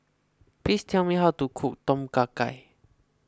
please tell me how to cook Tom Kha Gai